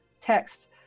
texts